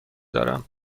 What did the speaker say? دارم